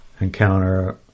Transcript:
encounter